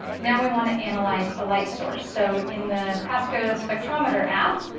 now we want to analyze a light source. so in the pasco spectrometry app,